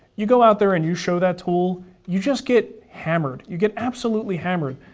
you go out there, and you show that tool you just get hammered. you get absolutely hammered,